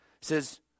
says